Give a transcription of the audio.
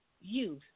youth